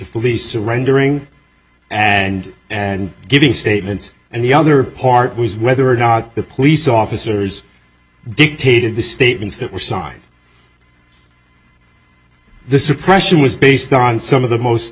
the surrendering and and giving statements and the other part was whether or not the police officers dictated the statements that were signed the suppression was based on some of the most